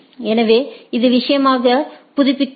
எனவே இது விஷயமாக புதுப்பிக்கிறது